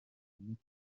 mike